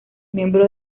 miembro